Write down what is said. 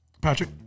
Patrick